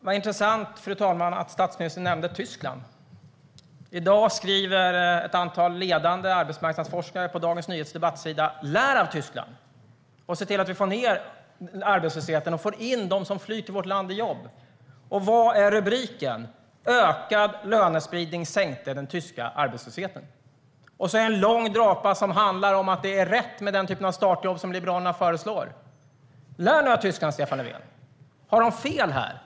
Fru talman! Vad intressant att statsministern nämnde Tyskland! I dag skriver ett antal ledande arbetsmarknadsforskare på Dagens Nyheters debattsida. Lär av Tyskland, och se till att vi får ned arbetslösheten och får in dem som flyr till vårt land i jobb! Vad är rubriken? Den är: Ökad lönespridning sänkte den tyska arbetslösheten. Sedan är det en lång drapa som handlar om att det är rätt med den typ av startjobb som Liberalerna föreslår. Lär nu av Tyskland, Stefan Löfven! Har de fel här?